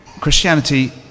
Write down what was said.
Christianity